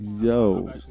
yo